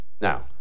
Now